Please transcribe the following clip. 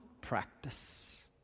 practice